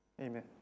Amen